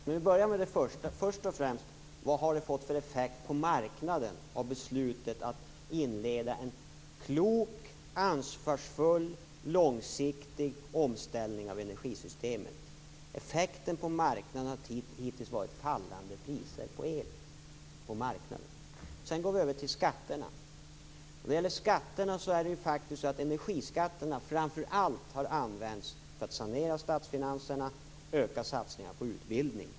Fru talman! Nu byter vi argument. Låt mig börja med det första. Vad har beslutet att inleda en klok, ansvarsfull och långsiktig omställning av energisystemet fått för effekt på marknaden? Hittills har effekten på marknaden varit fallande priser på el. Sedan går vi över till skatterna. När det gäller dessa har energiskatterna framför allt använts för att sanera statsfinanserna och öka satsningarna på utbildning.